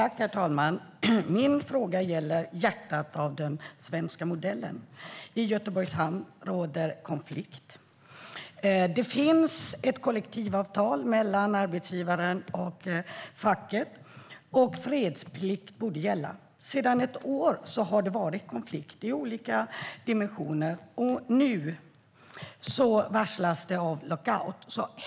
Herr talman! Min fråga gäller hjärtat av den svenska modellen. I Göteborgs hamn råder konflikt. Det finns ett kollektivavtal mellan arbetsgivaren och facket, och fredsplikt borde gälla. Sedan ett år har det rått konflikt i olika dimensioner, och nu varslas det om lockout.